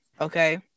Okay